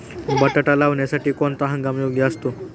बटाटा लावण्यासाठी कोणता हंगाम योग्य असतो?